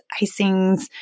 icings